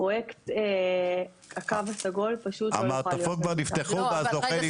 פרויקט הקו הסגול פשוט לא יוכל --- המעטפות כבר נפתחו והזוכה נפסל.